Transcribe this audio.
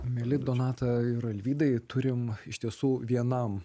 mieli donata ir alvydai turim iš tiesų vienam